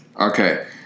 Okay